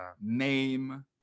Name